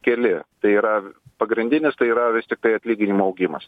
keli tai yra pagrindinis tai yra vis tiktai atlyginimų augimas